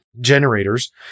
generators